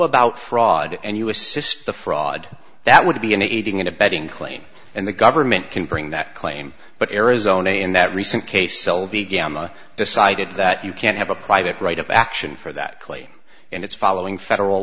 about fraud and you assist the fraud that would be an aiding and abetting claim and the government can bring that claim but arizona in that recent case selvi gamma decided that you can't have a private right of action for that claim and it's following federal